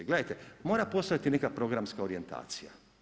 Gledajte, mora postojati neka programska orijentacija.